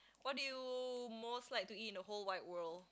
what do you most like to eat in the whole wide world